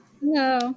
Hello